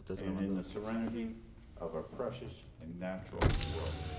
and in the serenity of our precious in natural world.